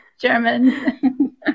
German